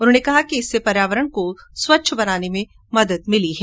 उन्होंने कहा कि इससे पर्यावरण को स्वच्छ बनाने में मदद मिली है